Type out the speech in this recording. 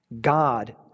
God